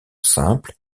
simple